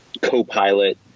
co-pilot